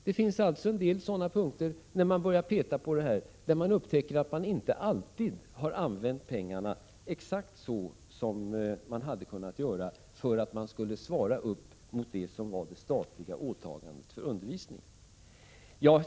Det finns alltså områden där pengarna inte alltid har använts exakt så som man hade kunnat göra för att svara upp mot det statliga åtagandet för undervisningen.